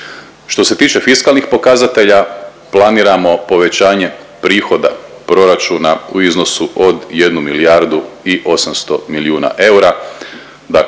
Što se tiče fiskalnih pokazatelja planiramo povećanje prihoda proračuna u iznosu od jednu milijardu i 800 milijuna eura,